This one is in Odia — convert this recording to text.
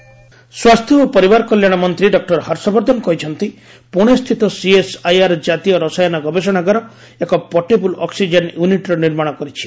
ପୋଟେବୁଲ ଅକ୍ଟକେନ୍ ୟୁନିଟ୍ ସ୍ୱାସ୍ଥ୍ୟ ଓ ପରିବାର କଲ୍ୟାଣ ମନ୍ତ୍ରୀ ଡକ୍କର ହର୍ଷବର୍ଦ୍ଧନ କହିଚ୍ଚନ୍ତି ପୁଣେସ୍ଥିତ ସିଏସ୍ଆଇଆର୍ ଜାତୀୟ ରସାୟନ ଗବେଷଣାଗାର ଏକ ପୋଟେବୁଲ ଅକ୍କିଜେନ୍ ୟୁନିଟ୍ର ନିର୍ମାଣ କରିଛି